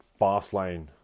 Fastlane